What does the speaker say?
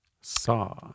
saw